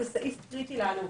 זה סעיף קריטי לנו.